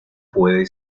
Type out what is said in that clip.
puede